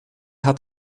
hat